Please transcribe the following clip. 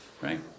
right